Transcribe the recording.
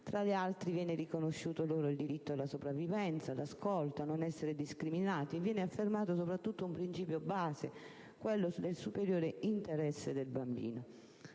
Tra l'altro, viene riconosciuto loro il diritto alla sopravvivenza, all'ascolto e a non essere discriminati e, soprattutto, viene affermato un principio base, quello del superiore interesse del bambino.